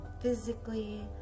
physically